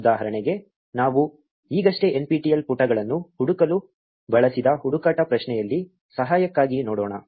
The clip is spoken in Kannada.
ಉದಾಹರಣೆಗೆ ನಾವು ಈಗಷ್ಟೇ nptel ಪುಟಗಳನ್ನು ಹುಡುಕಲು ಬಳಸಿದ ಹುಡುಕಾಟ ಪ್ರಶ್ನೆಯಲ್ಲಿ ಸಹಾಯಕ್ಕಾಗಿ ನೋಡೋಣ